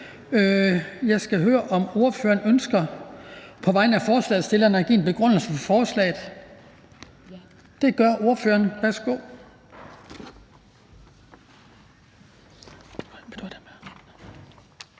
Jeg skal høre, om ordføreren på vegne af forslagsstillerne ønsker at give en begrundelse for forslaget. Det gør ordføreren. Værsgo.